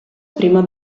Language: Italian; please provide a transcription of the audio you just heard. prima